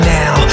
now